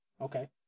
Okay